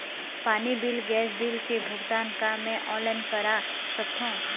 पानी bill gas bill के भुगतान का मैं ऑनलाइन करा सकथों?